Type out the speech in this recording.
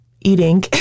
eating